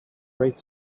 great